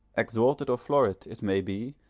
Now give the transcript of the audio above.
exalted or florid, it may be,